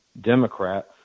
Democrat